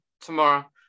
tomorrow